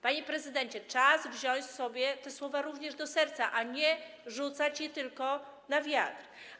Panie prezydencie, czas wziąć sobie te słowa również do serca, a nie rzucać je tylko na wiatr.